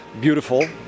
Beautiful